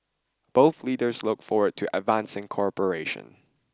both leaders look forward to advancing cooperation